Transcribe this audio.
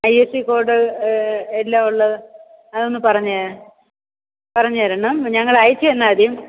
I F S C code എല്ലാം ഉള്ളത് അതൊന്ന് പറഞ്ഞേ പറഞ്ഞുതരണം ഞങ്ങൾ അയച്ചു തന്നാൽ മതിയോ